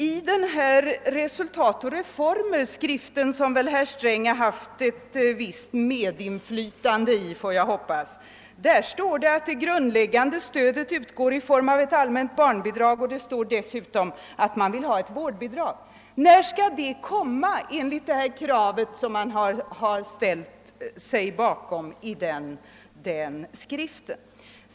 I den skrift, Resultat och reformer, i vars utformning herr Sträng väl har haft ett visst medinflytande, står det att det grundläggande stödet utgår i form av ett allmänt barnbidrag. Det står dessutom att man vill ha ett vårdbidrag. När skall förslag om den saken framläggas, enligt det krav som man har ställt sig bakom i denna skrift?